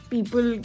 People